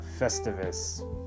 Festivus